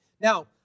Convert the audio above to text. Now